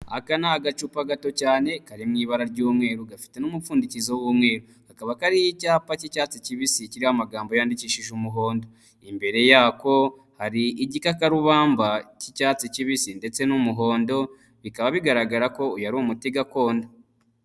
Aka ni agacupa gato cyane kari mu ibara ry'umweru gafite n'umupfundikizo w'umweru, kakaba kariho icyapa cy'icyatsi kibisi kiriho amagambo yandikishije umuhondo, imbere yako hari igikakarubamba cy'icyatsi kibisi ndetse n'umuhondo, bikaba bigaragara ko uyu ari umuti gakondo.